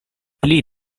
pli